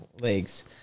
legs